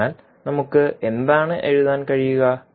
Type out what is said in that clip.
അതിനാൽ നമുക്ക് എന്താണ് എഴുതാൻ കഴിയുക